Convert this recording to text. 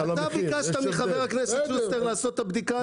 אתה ביקשת מחבר הכנסת שוסטר לעשות את הבדיקה הזאת.